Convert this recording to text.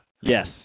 Yes